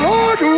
Lord